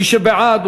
מי שבעד,